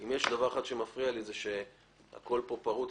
מפריע לי שהכל פה פרוץ,